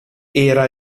era